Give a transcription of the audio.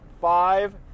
five